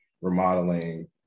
remodeling